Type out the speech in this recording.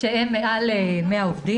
שבהם מעל 100 עובדים,